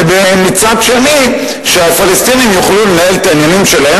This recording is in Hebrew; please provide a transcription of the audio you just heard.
ומצד שני שהפלסטינים יוכלו לנהל את העניינים שלהם